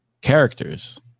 characters